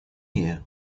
here